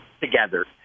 together